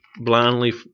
blindly